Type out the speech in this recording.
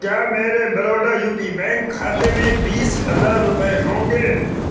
کیا میرے Baroda U P bank کھاتے میں بیس ہزار روپے ہوں گے